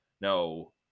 no